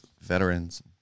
veterans